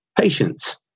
patience